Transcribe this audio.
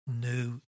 new